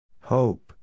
Hope